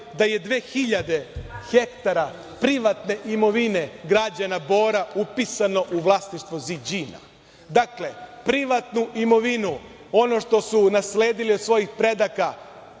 da je 2.000 hektara privatne imovine građana Bora upisano u vlasništvo "Ziđina"? Dakle, privatnu imovinu, ono što su nasledili od svojih predaka